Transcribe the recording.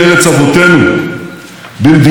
מדינה יוזמת ומחדשת,